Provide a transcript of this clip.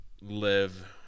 live